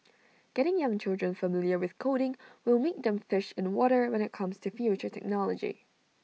getting young children familiar with coding will make them fish in water when IT comes to future technology